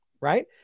right